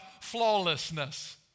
flawlessness